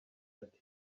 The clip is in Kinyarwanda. ati